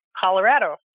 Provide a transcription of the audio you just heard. Colorado